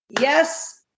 Yes